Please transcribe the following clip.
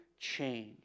change